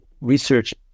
research